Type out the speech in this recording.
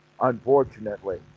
unfortunately